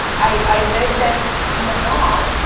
i read that in in the north,